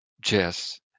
Jess